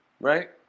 right